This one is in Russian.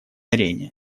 арене